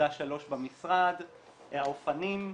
5.3 במשרד, האופנים,